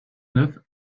neuf